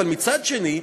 אבל מצד שני,